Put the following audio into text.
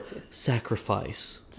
sacrifice